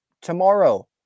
Tomorrow